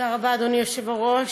תודה רבה, אדוני היושב-ראש,